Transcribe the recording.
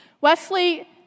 Wesley